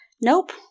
Nope